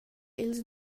ils